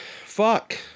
Fuck